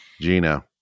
Gina